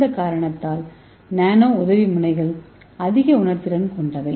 இந்த காரணத்தால் நானோஉதவி் முனைகள் அதிக உணர்திறன் கொண்டவை